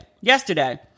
yesterday